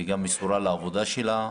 וגם מסורה לעבודה שלה,